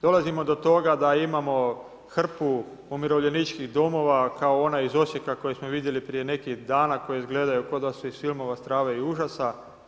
Dolazimo do toga da imamo hrpu umirovljeničkih domova kao onaj iz Osijeka koji smo vidjeli prije neki dan, a koji izgledaju koda su iz filmova strave i užasa.